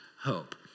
hope